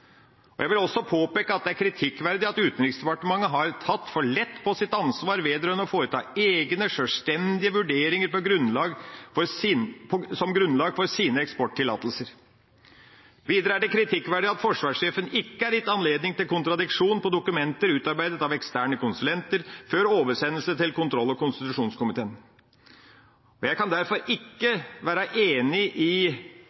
som jeg tidligere var inne på. Jeg vil også påpeke at det er kritikkverdig at Utenriksdepartementet har tatt for lett på sitt ansvar vedrørende å foreta egne, sjølstendige vurderinger som grunnlag for sine eksporttillatelser. Videre er det kritikkverdig at forsvarssjefen ikke er gitt anledning til kontradiksjon på dokumenter utarbeidet av eksterne konsulenter, før oversendelse til kontroll- og konstitusjonskomiteen. Jeg kan derfor ikke